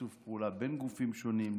לשיתוף פעולה בין גופים שונים,